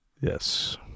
Yes